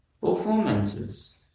performances